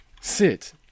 Sit